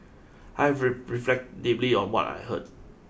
I have reflect deeply on what I heard